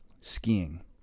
skiing